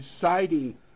deciding